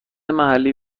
محلی